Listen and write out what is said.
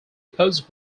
post